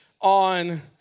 on